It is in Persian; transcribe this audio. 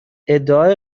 ادعای